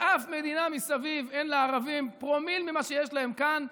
באף מדינה מסביב אין לערבים פרומיל ממה שיש להם כאן,